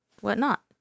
whatnot